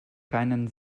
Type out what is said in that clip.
keinen